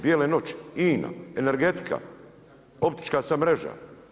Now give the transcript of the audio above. Bijele noći, INA, energetika, optička sad mreža.